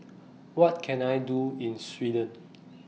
What Can I Do in Sweden